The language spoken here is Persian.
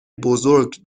بزرگ